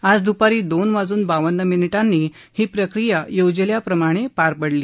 आज दुपारी दोन वाजून बावन्न मिनीटांनी ही प्रक्रिया योजल्याप्रमाणे पार पडली